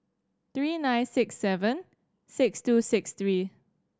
three nine six seven six two six three